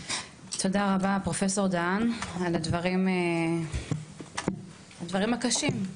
תודה רבה פרופסור דהן על הדברים הקשים ,